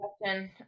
question